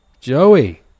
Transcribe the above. Joey